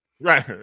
right